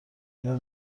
اینو